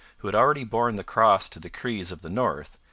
who had already borne the cross to the crees of the north,